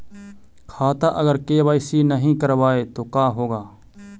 खाता अगर के.वाई.सी नही करबाए तो का होगा?